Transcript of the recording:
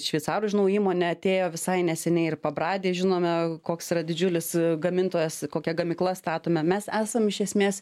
šveicarų žinau įmonė atėjo visai neseniai ir pabradė žinome koks yra didžiulis gamintojas kokia gamykla statome mes esam iš esmės